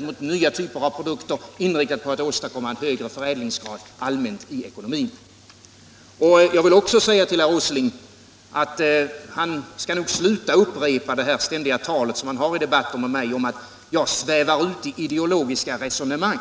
på nya typer av produkter, inriktad på att åstadkomma högre förädlingsgrad allmänt i ekonomin. Jag vill också säga till herr Åsling att han skall sluta upprepa det ständiga talet han har i debatter med mig att jag svävar ut i ideologiska resonemang.